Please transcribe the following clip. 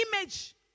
image